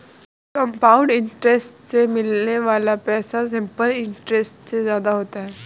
compound interest में मिलने वाला पैसा सिंपल इंटरेस्ट से ज्यादा होता है